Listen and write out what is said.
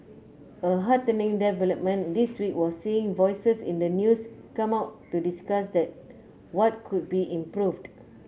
a heartening development this week was seeing voices in the news come out to discussed what could be improved